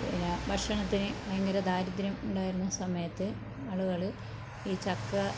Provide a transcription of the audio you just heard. പിന്നെ ഭക്ഷണത്തിന് ഭയങ്കര ദാരിദ്ര്യം ഉണ്ടായിരുന്ന സമയത്ത് ആളുകൾ ഈ ചക്ക